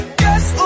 guess